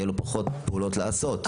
יהיו לו פחות פעולות לעשות.